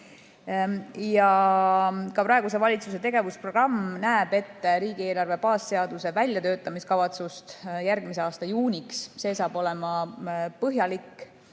ja ka praeguse valitsuse tegevusprogramm näeb ette, et riigieelarve baasseaduse väljatöötamiskavatsus on olemas järgmise aasta juuniks. See saab olema põhjalik